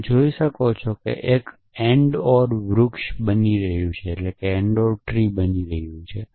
તમે જોઈ શકો છો કે તે એક AND OR વૃક્ષ બની રહ્યું છે